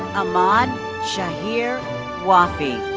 ahmad shaheer wafi.